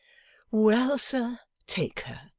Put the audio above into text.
well, sir, take her,